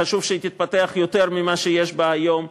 וחשוב שהיא תתפתח יותר ממה שיש בה היום,